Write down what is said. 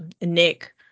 Nick